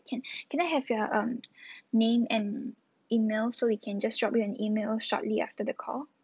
can can I have your um name and email so we can just drop you an email shortly after the call